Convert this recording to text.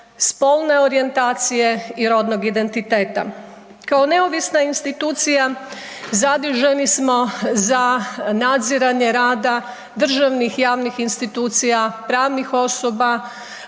spolne orijentacije i rodnog identiteta. Kao neovisna institucija zaduženi smo za nadziranje rada državnih i javnih institucija, pravnih osoba